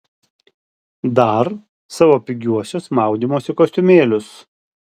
dar savo pigiuosius maudymosi kostiumėlius